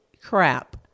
crap